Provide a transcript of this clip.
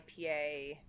IPA